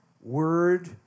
word